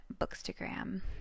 Bookstagram